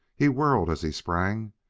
he whirled as he sprang,